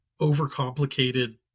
overcomplicated